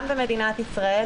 גם במדינת ישראל,